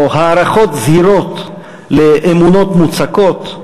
או הערכות זהירות לאמונות מוצקות,